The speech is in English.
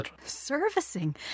Servicing